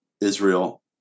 Israel